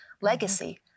legacy